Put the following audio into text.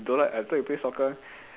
don't like I thought you play soccer [one]